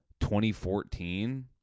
2014